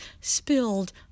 spilled